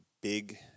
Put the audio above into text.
big